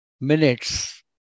minutes